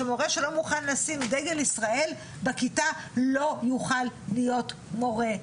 שמורה שלא מוכן לשים דגל ישראל בכיתה לא יוכל להיות מורה,